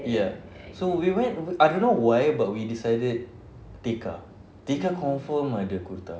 ya so we went I don't know why but we decided tekka tekka confirm ada kurta